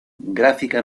gráfica